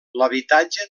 l’habitatge